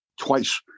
twice